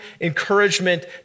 encouragement